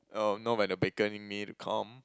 oh no when the baker need me to come